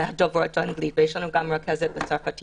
דוברות האנגלית ויש לנו גם רכזת לצרפתיות,